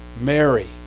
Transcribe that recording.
Mary